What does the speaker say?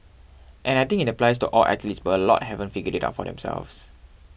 and I think it applies to all athletes but a lot haven't figured it out for themselves